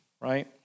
right